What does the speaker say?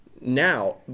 Now